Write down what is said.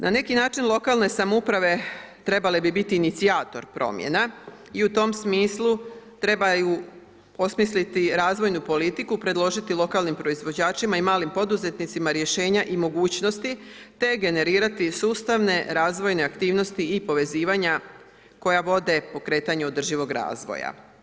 Na neki način, lokalne samouprave trebale bi biti inicijator promjena i u tom smislu trebaju osmisliti razvojnu politiku, predložiti lokalnim proizvođačima i malim poduzetnicima rješenja i mogućnosti, te generirati sustavne razvojne aktivnosti i povezivanja koja vode pokretanju održivog razvoja.